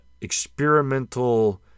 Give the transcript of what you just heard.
experimental